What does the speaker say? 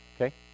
Okay